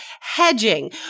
hedging